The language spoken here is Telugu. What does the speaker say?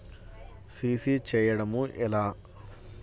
సి.సి చేయడము ఎలా?